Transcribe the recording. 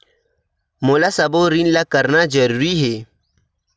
मोला सबो ऋण ला करना जरूरी हे?